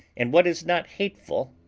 and what is not hateful,